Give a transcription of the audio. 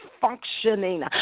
functioning